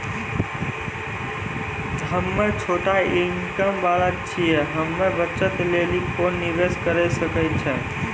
हम्मय छोटा इनकम वाला छियै, हम्मय बचत लेली कोंन निवेश करें सकय छियै?